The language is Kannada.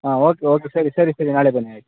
ಹಾಂ ಓಕೆ ಓಕೆ ಸರಿ ಸರಿ ಸರಿ ನಾಳೆ ಬನ್ನಿ ಆಯ್ತು